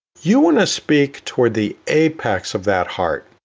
you want to speak toward the apex of that heart,